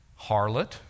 Harlot